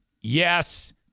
Yes